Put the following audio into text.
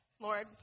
Lord